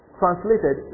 translated